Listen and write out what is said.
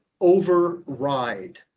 override